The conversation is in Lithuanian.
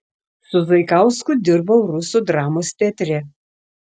su zaikausku dirbau rusų dramos teatre